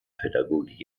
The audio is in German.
pädagogik